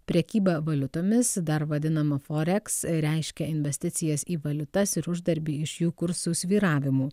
prekyba valiutomis dar vadinama forex reiškia investicijas į valiutas ir uždarbį iš jų kursų svyravimų